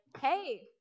Hey